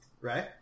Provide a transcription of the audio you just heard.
Right